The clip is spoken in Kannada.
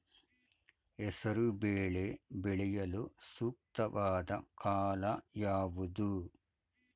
ಹೆಸರು ಬೇಳೆ ಬೆಳೆಯಲು ಸೂಕ್ತವಾದ ಕಾಲ ಯಾವುದು?